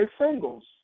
singles